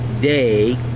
day